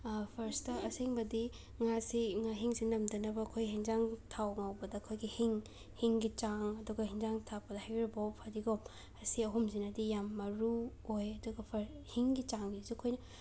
first ꯑꯁꯦꯡꯕꯗꯤ ꯉꯥꯁꯤ ꯉꯥꯍꯤꯡꯁꯤ ꯅꯝꯗꯅꯕ ꯑꯩꯈꯣꯏ ꯍꯦꯟꯖꯥꯡ ꯊꯥꯎ ꯉꯧꯕꯗ ꯑꯩꯈꯣꯏꯒꯤ ꯍꯤꯡ ꯍꯤꯡꯒꯤ ꯆꯥꯡ ꯑꯗꯨꯒ ꯍꯤꯟꯖꯥꯡ ꯊꯥꯛꯄꯗ ꯍꯩꯔꯤꯕꯣꯞ ꯐꯗꯤꯒꯣꯝ ꯑꯁꯤ ꯑꯍꯨꯝꯖꯤꯅꯗꯤ ꯌꯥꯝꯅ ꯃꯔꯨꯑꯣꯏ ꯑꯗꯨꯒ ꯐꯔ ꯍꯤꯡꯒꯤ ꯆꯥꯡꯁꯤꯁꯨ ꯑꯩꯈꯣꯏꯅ